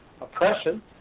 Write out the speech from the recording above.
oppression